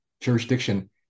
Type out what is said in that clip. jurisdiction